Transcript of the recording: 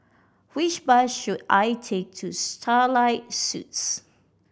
which bus should I take to Starlight Suites